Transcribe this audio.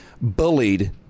bullied